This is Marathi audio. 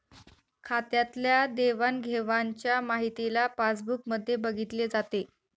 खात्यातल्या देवाणघेवाणच्या माहितीला पासबुक मध्ये बघितले जाते